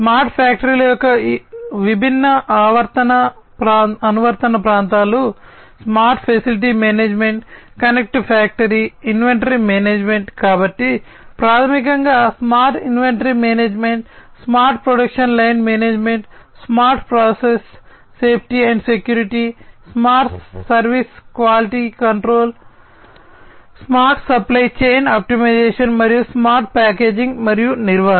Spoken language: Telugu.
స్మార్ట్ ఫ్యాక్టరీల యొక్క విభిన్న అనువర్తన ప్రాంతాలు smart facility management connect factory inventory management కాబట్టి ప్రాథమికంగా smart inventory management smart production line management smart process safety and security smart service quality control smart supply chain optimization మరియు స్మార్ట్ ప్యాకేజింగ్ మరియు నిర్వహణ